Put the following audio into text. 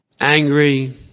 angry